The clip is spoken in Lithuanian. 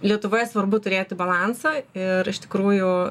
lietuvoje svarbu turėti balansą ir iš tikrųjų